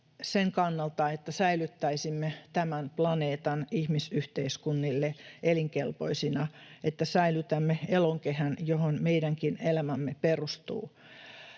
sen kannalta, että säilyttäisimme tämän planeetan ihmisyhteiskunnille elinkelpoisena, että säilytämme elonkehän, johon meidänkin elämämme perustuu.